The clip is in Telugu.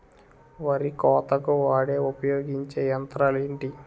వరి కోతకు వాడే ఉపయోగించే యంత్రాలు ఏంటి?